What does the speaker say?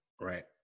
Right